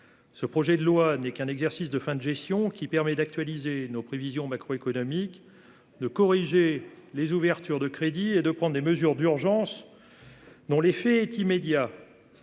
Ce texte n'est qu'un exercice de fin de gestion permettant d'actualiser nos prévisions macroéconomiques, de corriger les ouvertures de crédits et de prendre des mesures d'urgence à effet immédiat.